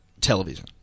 television